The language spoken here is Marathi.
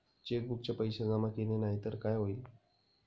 चेकबुकचे पैसे जमा केले नाही तर काय होईल?